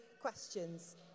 questions